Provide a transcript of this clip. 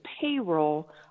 payroll